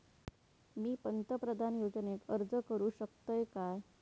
मी पंतप्रधान योजनेक अर्ज करू शकतय काय?